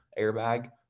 airbag